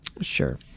Sure